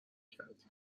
کردیم